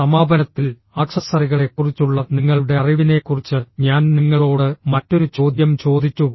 സമാപനത്തിൽ ആക്സസറികളെക്കുറിച്ചുള്ള നിങ്ങളുടെ അറിവിനെക്കുറിച്ച് ഞാൻ നിങ്ങളോട് മറ്റൊരു ചോദ്യം ചോദിച്ചു